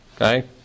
okay